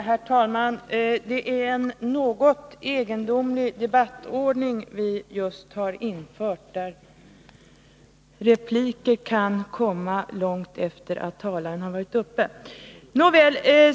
Herr talman! Det är en något egendomlig debattordning vi just har infört, där repliker kan komma långt efter talarens inlägg.